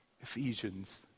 Ephesians